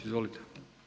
Izvolite.